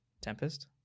Tempest